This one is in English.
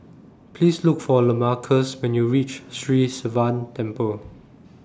Please Look For Lamarcus when YOU REACH Sri Sivan Temple